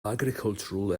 agricultural